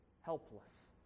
helpless